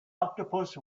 octopus